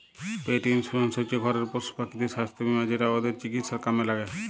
পেট insurance হচ্যে ঘরের পশুপাখিদের সাস্থ বীমা যেটা ওদের চিকিৎসায় কামে ল্যাগে